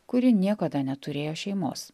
kuri niekada neturėjo šeimos